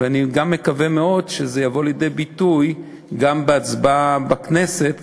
ואני מקווה מאוד שזה יבוא לידי ביטוי גם בהצבעה בכנסת,